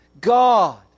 God